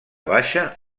baixa